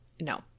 No